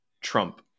Trump